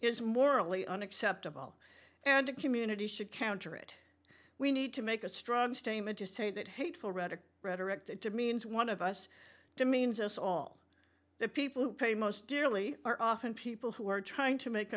is morally unacceptable and a community should counter it we need to make a strong statement to say that hateful rhetoric rhetoric that demeans one of us demeans us all the people who pay most dearly are often people who are trying to make